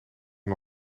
hij